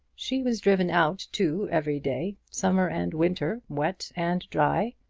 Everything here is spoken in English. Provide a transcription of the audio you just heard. she was driven out, too, every day, summer and winter, wet and dry,